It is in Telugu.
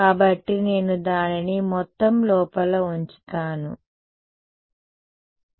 కాబట్టి నేను దానిని మొత్తం లోపల ఉంచుతాను సరే